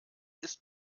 ist